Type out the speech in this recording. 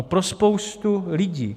Pro spoustu lidí.